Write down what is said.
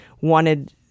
wanted